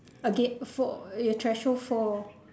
again for your threshold for